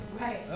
Right